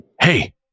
Hey